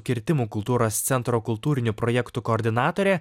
kirtimų kultūros centro kultūrinių projektų koordinatorė